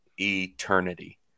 eternity